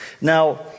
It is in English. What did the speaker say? Now